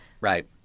Right